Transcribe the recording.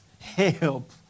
help